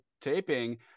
taping